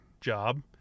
job